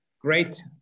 Great